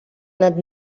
над